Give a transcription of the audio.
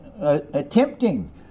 attempting